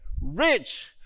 rich